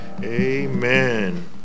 Amen